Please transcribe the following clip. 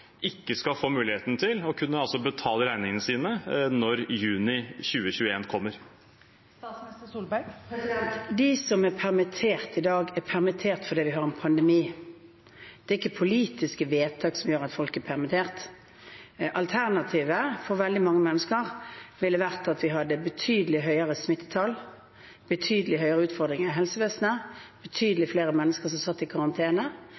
ikke skal få muligheten til å kunne betale regningene sine når juni 2021 kommer. De som er permitterte i dag, er permitterte fordi vi har en pandemi. Det er ikke politiske vedtak som gjør at folk er permitterte. Alternativet for veldig mange mennesker ville vært at vi hadde betydelig høyere smittetall, betydelig høyere utfordringer i helsevesenet, betydelig flere mennesker som satt i karantene,